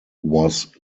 was